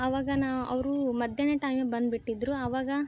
ಅವಾಗ ನಾನು ಅವರು ಮಧ್ಯಾಹ್ನ ಟೈಮಿಗೆ ಬಂದು ಬಿಟ್ಟಿದ್ದರು ಅವಾಗ